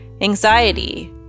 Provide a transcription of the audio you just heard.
anxiety